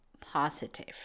positive